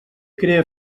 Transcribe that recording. crea